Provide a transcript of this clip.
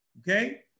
okay